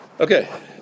Okay